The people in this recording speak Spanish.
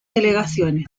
delegaciones